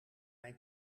mijn